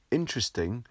interesting